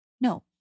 no